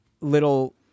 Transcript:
little